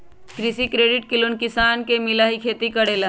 कृषि credit loan किसान के मिलहई खेती करेला?